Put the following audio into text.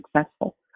successful